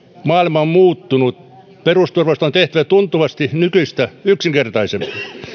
maailma on muuttunut perusturvasta on tehtävä tuntuvasti nykyistä yksinkertaisempi